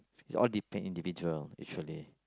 is all depend individual actually